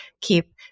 keep